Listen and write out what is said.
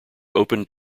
opened